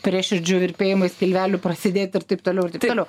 prieširdžių virpėjimai skilvelių prasidėt ir taip toliau ir taip toliau